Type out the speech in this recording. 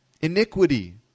Iniquity